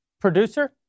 producer